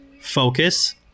focus